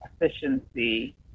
efficiency